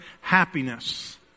happiness